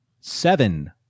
seven